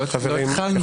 לא התחלנו.